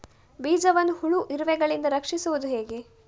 ಬೀಜವನ್ನು ಹುಳ, ಇರುವೆಗಳಿಂದ ರಕ್ಷಿಸುವುದು ಹೇಗೆ?